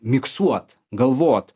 miksuot galvot